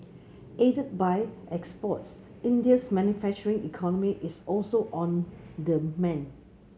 aided by exports India's manufacturing economy is also on the mend